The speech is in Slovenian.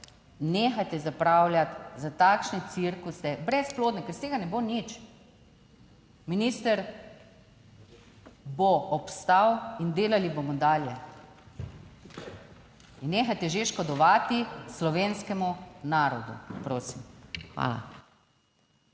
nehajte zapravljati za takšne cirkuse, brezplodne, ker iz tega ne bo nič. Minister bo obstal in delali bomo dalje. In nehajte že škodovati slovenskemu narodu, prosim. Hvala.